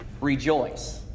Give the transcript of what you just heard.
Rejoice